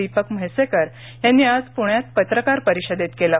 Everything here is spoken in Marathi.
दीपक म्हैसेकर यांनी आज पृण्यात पत्रकार परिषदेत केलं